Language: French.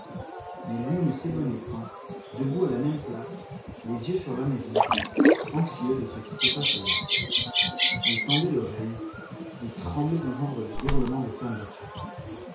mais lui ne s'éloignait point debout à la même place les yeux sur la maison anxieux de ce qui se passait là il tendait l'oreille il tremblait d'entendre des hurlements de femme battue